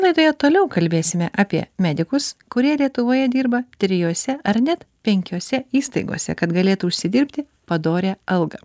laidoje toliau kalbėsime apie medikus kurie lietuvoje dirba trijose ar net penkiose įstaigose kad galėtų užsidirbti padorią algą